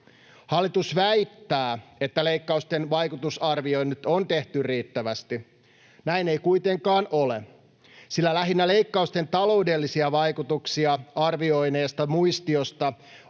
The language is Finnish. Hallitus väittää, että leikkausten vaikutusarvioinnit on tehty riittävästi. Näin ei kuitenkaan ole, sillä lähinnä leikkausten taloudellisia vaikutuksia arvioineesta muistiosta